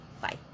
Bye